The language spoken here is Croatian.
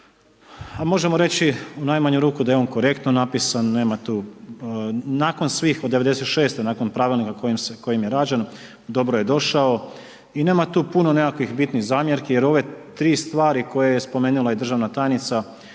a možemo reći, u najmanju ruku da je on korektno napisan, nema tu nakon svih od '96. nakon pravilnika kojim je rađen, dobro je došao i nema tu puno bitnih zamjerki jer ove 3 stvari, koje je spomenula i državna tajnica, koja su